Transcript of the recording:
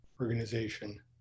organization